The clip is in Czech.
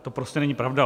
To prostě není pravda.